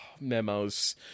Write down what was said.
memos